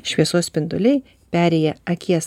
šviesos spinduliai perėję akies